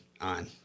on